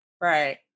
Right